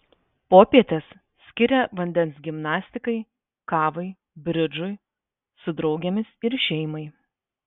popietes skiria vandens gimnastikai kavai bridžui su draugėmis ir šeimai